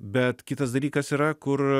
bet kitas dalykas yra kur